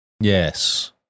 Yes